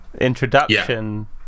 introduction